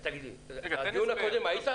היית גם